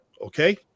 Okay